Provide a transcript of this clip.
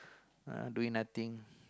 uh doing nothing